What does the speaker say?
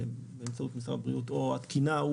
באמצעות משרד הבריאות או התקינה,